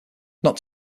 not